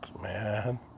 man